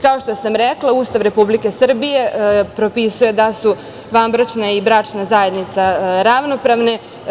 Kao što sam rekla, Ustav Republike Srbije propisuje da su vanbračna i bračna zajednica ravnopravne.